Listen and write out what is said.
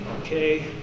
okay